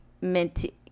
minty